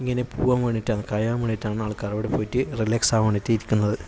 ഇങ്ങനെ പോകാൻ വേണ്ടിയിട്ട് അതായത് കഴിയാൻ വേണ്ടിയിട്ടാണ് അവിടെ പോയിട്ട് റിലാക്സ് ആകാൻ വേണ്ടിയിട്ട് ഇരിക്കുന്നത്